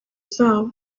zabo